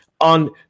on